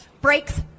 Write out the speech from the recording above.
Breaks